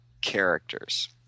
characters